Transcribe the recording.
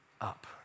up